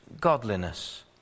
godliness